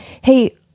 hey